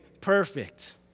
perfect